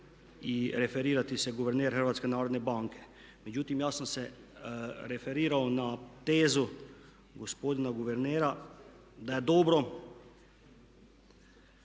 i referirati se guverner Hrvatske narodne banke. Međutim ja sam se referirao na tezu gospodina guvernera da je dobro